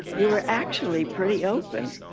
you were actually pretty open.